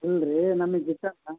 ಇಲ್ಲ ರಿ ನಮಗ್ ಗಿಟ್ಟೋಲ್ಲ